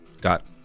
got